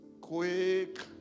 quick